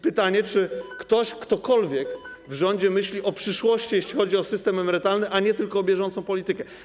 Pytanie, czy ktokolwiek w rządzie myśli o przyszłości, jeśli chodzi o system emerytalny, a nie tylko o bieżącą politykę.